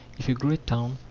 if a great town,